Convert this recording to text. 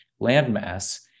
landmass